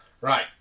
Right